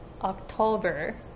October